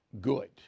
good